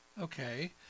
Okay